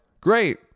Great